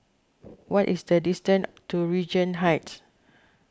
what is the distance to Regent Heights